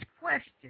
question